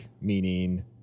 meaning